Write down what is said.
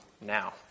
now